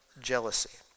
jealousy